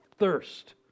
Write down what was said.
thirst